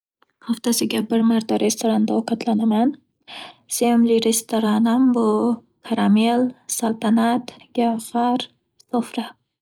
Haftasiga bir marta restoranda ovqatlanaman. Sevimli restoranim bu caramel, saltanat, gavhar, sofra.